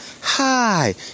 hi